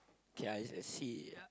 okay I I see